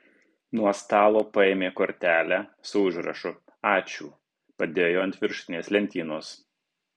nuo stalo paėmė kortelę su užrašu ačiū padėjo ant viršutinės lentynos